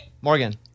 Morgan